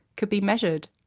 could be measured.